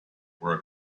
were